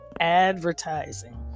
advertising